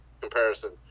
comparison